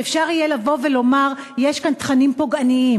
שאפשר יהיה לבוא ולומר: יש כאן תכנים פוגעניים,